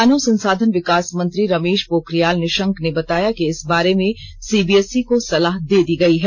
मानव संसाधन विकास मंत्री रमेश पोखरियाल निशंक ने बताया कि इस बारे में सीबीएसई को सलाह दे दी गई है